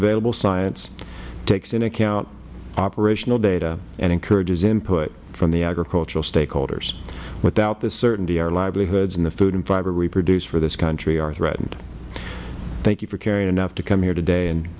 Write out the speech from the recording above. available science takes in account operational data and encourages input from the agricultural stakeholders without this certainty our livelihoods and the food and fiber we produce for this country are threatened thank you for caring enough to come here today and